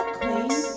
queen